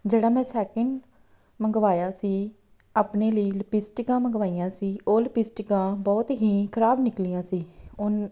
ਜਿਹੜਾ ਮੈਂ ਸੈਕਿੰਡ ਮੰਗਵਾਇਆ ਸੀ ਆਪਣੇ ਲਈ ਲਪਿਸਟਿਕਾਂ ਮੰਗਵਾਈਆਂ ਸੀ ਉਹ ਲਪਿਸਟਿਕਾਂ ਬਹੁਤ ਹੀ ਖਰਾਬ ਨਿਕਲੀਆਂ ਸੀ ਉਨ